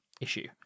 issue